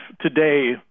today